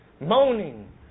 moaning